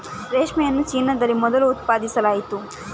ರೇಷ್ಮೆಯನ್ನು ಚೀನಾದಲ್ಲಿ ಮೊದಲು ಉತ್ಪಾದಿಸಲಾಯಿತು